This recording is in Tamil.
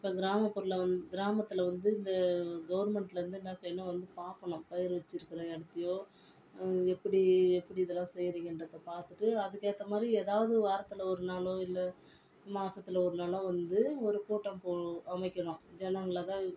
இப்போ கிராமப்புறங்கள் வந் கிராமத்தில் வந்து இந்த கவர்ன்மென்ட்லேருந்து என்ன செய்யனும் வந்து பார்க்கணும் பயிறு வச்சிருக்கிற இடத்தையோ எப்படி எப்படி இதெல்லாம் செய்கிறிங்கன்றத பார்த்துட்டு அதுக்கேற்ற மாதிரி ஏதாவது வாரத்தில் ஒரு நாளோ இல்லை மாசத்தில் ஒரு நாளோ வந்து ஒரு கூட்டம் போ அமைக்கணும் ஜனங்களை